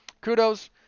kudos